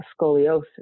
scoliosis